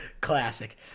Classic